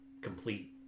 complete